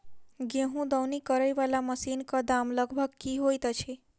गेंहूँ दौनी करै वला मशीन कऽ दाम लगभग की होइत अछि?